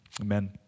Amen